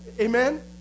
Amen